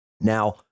Now